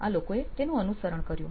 આ લોકોએ તેનું અનુસરણ કર્યું